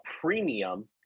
premium